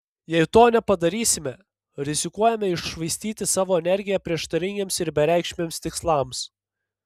jei to nepadarysime rizikuojame iššvaistyti savo energiją prieštaringiems ir bereikšmiams tikslams